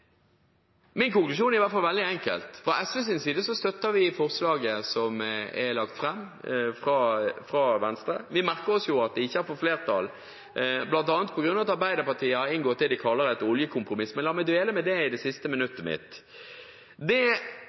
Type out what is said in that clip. hvert fall veldig enkel: Fra SVs side støtter vi forslaget som er lagt fram av Venstre, men vi merker oss at det ikke får flertall, bl.a. på grunn av at Arbeiderpartiet har inngått det de kaller et oljekompromiss. La meg dvele ved det i det siste minuttet mitt. Det